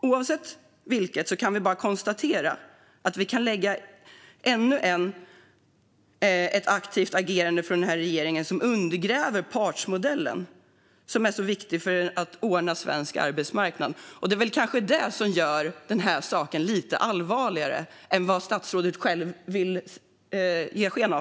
Oavsett vilket kan vi lägga till ännu ett aktivt agerande från regeringen som undergräver den partsmodell som är så viktig för en ordnad arbetsmarknad. Det kanske är det som gör saken lite allvarligare än vad statsrådet vill ge sken av.